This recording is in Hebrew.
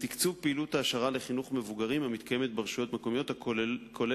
תקצוב פעילות העשרה לחינוך מבוגרים שמתקיימת ברשויות מקומיות וכוללת